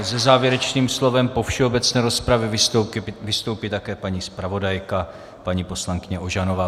Se závěrečným slovem po všeobecné rozpravě vystoupí také paní zpravodajka, paní poslankyně Ožanová.